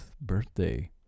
birthday